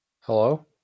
Hello